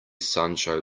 sancho